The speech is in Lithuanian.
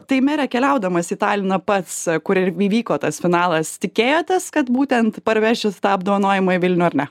tai mere keliaudamas į taliną pats kur ir įvyko tas finalas tikėjotės kad būtent parvešit tą apdovanojimą į vilnių ar ne